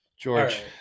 George